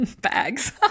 bags